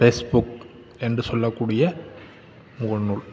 Facebook என்று சொல்லக்கூடிய முகநூல்